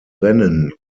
rennen